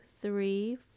three